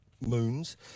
moons